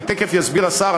כי תכף יסביר השר,